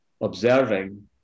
observing